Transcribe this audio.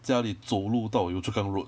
家里走路到 yio chu kang road